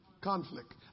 Conflict